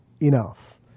enough